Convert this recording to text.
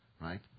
right